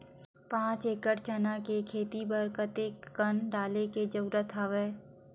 पांच एकड़ चना के खेती बर कते कन डाले के जरूरत हवय?